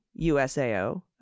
USAO